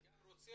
אני גם רוצה,